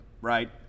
right